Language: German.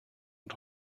und